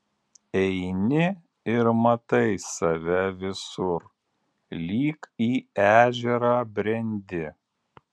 eini ir matai save visur lyg į ežerą brendi